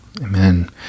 Amen